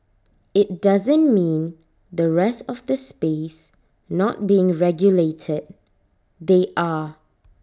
IT doesn't mean the rest of the space not being regulated they are